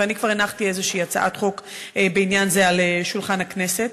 ואני כבר הנחתי איזו הצעת חוק בעניין זה על שולחן הכנסת,